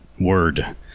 word